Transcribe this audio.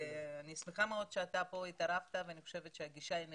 ואני שמחה מאוד שאתה התערבת ואני חושבת שהגישה היא נכונה.